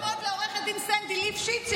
וכל הכבוד לעו"ד סנדי ליפשיץ,